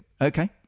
Okay